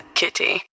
kitty